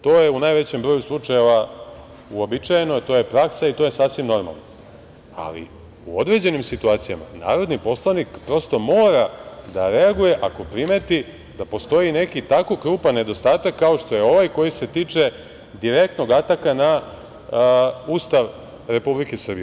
To je u najvećem broju slučajeva uobičajeno, to je praksa i to je sasvim normalno, ali u određenim situacijama narodni poslanik prosto mora da reaguje ako primeti da postoji neki tako krupan nedostatak kao što je ovaj koji se tiče direktnog ataka na Ustav Republike Srbije.